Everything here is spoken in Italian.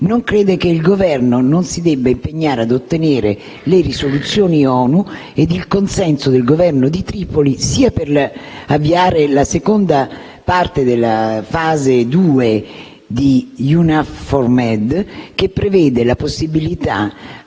non crede che il Governo si debba impegnare per ottenere le risoluzioni ONU e il consenso del Governo di Tripoli sia per avviare la seconda parte della fase 2 di EUNAVFOR Med, che prevede la possibilità